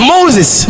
Moses